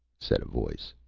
said a voice.